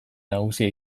nagusia